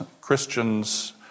Christians